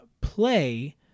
play